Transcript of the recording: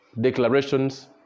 declarations